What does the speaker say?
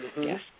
Yes